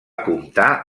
comptar